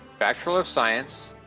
bachelor of science,